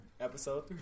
Episode